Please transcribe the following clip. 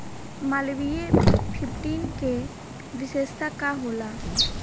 Malviya fifteen के विशेषता का होला?